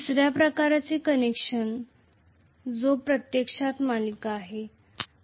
तिसरा प्रकारचा कनेक्शन जो प्रत्यक्षात सिरीज आहे